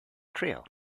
trio